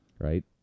Right